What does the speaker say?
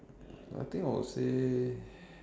I think I would say